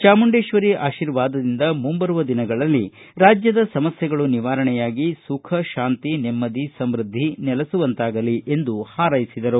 ಚಾಮುಂಡೇಶ್ವರಿ ಆಶೀರ್ವಾದದಿಂದ ಮುಂಬರುವ ದಿನಗಳಲ್ಲಿ ರಾಜ್ವದ ಸಮಸ್ಥೆಗಳು ನಿವಾರಣೆಯಾಗಿ ಸುಖ ಶಾಂತಿ ನೆಮ್ಮದಿ ಸಮೃದ್ಧಿ ನೆಲಸುವಂತಾಗಲಿ ಎಂದು ಹಾರೈಸಿದರು